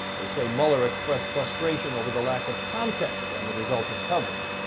they say mueller expressed frustration over the lack of context and the resulting coverage.